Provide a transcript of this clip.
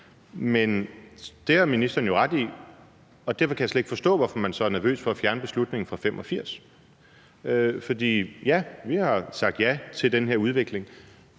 Det har ministeren jo ret i, og derfor kan jeg slet ikke forstå, hvorfor man så er nervøs for at fjerne beslutningen fra 1985. For ja, vi har sagt ja til den her udvikling,